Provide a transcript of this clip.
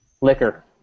liquor